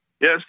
Yes